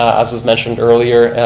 as was mentioned earlier,